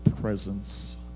presence